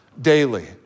daily